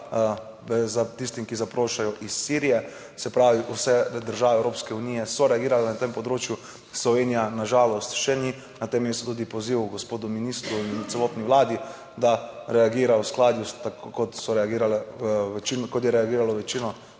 azila tistim, ki zaprošajo iz Sirije, se pravi, vse države Evropske unije so reagirale na tem področju, Slovenija na žalost še ni. Na tem mestu tudi poziv gospodu ministru in celotni Vladi, da reagira v skladu, tako kot so reagirale,